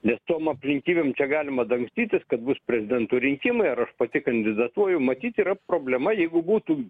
nes tom aplinkybėm čia galima dangstytis kad bus prezidento rinkimai ir aš pati kandidatuoju matyt yra problema jeigu būtų